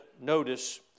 notice